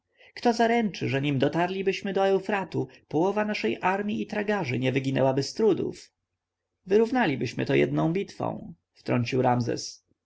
kto zaręczy że nim dotarlibyśmy do eufratu połowa naszej armji i tragarzy nie wyginęłaby z trudów wyrównalibyśmy to jedną bitwą wtrącił ramzes